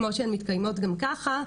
כמו שהן מתקיימות גם ככה,